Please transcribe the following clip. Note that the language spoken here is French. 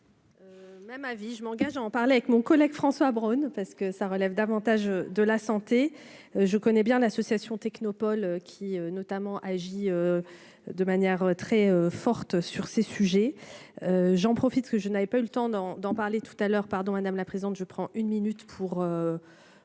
Même avis : je m'engage à en parler avec mon collègue François Braun, parce que ça relève davantage de la santé, je connais bien l'association. Nos Paul qui notamment a agi de manière très forte sur ces sujets, j'en profite ce que je n'avais pas eu le temps d'en d'en parler tout à l'heure, pardon, madame la présidente, je prends une minute pour vous remercier